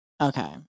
Okay